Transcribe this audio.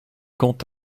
quant